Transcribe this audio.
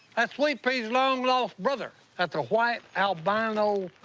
that's sweet pea's long-lost brother. that's a white, albino,